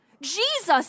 Jesus